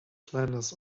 flanders